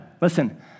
Listen